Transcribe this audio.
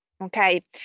Okay